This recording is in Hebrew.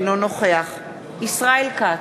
אינו נוכח ישראל כץ,